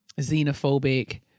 Xenophobic